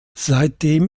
seitdem